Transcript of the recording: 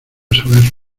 saberlo